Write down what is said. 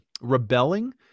rebelling